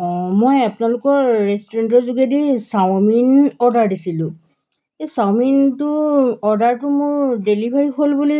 অঁ মই আপোনালোকৰ ৰেষ্টুৰেণ্টৰ যোগেদি চাও মিন অৰ্ডাৰ দিছিলোঁ এই চাওমিনটোৰ অৰ্ডাৰটো মোৰ ডেলিভাৰী হ'ল বুলি